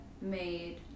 made